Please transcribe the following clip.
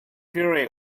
pierre